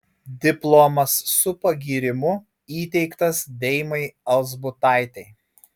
diplomas su pagyrimu įteiktas deimai alzbutaitei